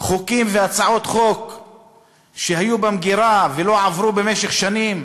חוקים והצעות חוק שהיו במגירה ולא עברו במשך שנים,